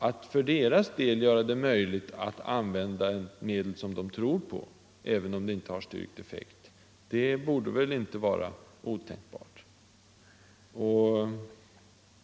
Att för deras del göra det möjligt att använda ett medel som de tror på, även om det inte har styrkt effekt, borde väl inte vara otänkbart.